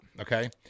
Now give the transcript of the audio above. Okay